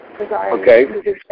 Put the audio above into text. Okay